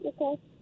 Okay